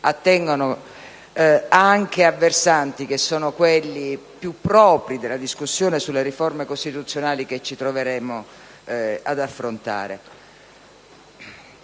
attengono anche a versanti che sono quelli propri della discussione sulle riforme costituzionali che ci troveremo ad affrontare.